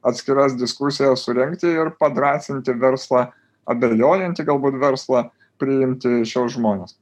atskiras diskusijas surengti ir padrąsinti verslą abejojantį galbūt verslą priimti šiuos žmones